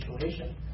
situation